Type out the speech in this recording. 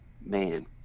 man